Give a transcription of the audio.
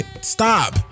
Stop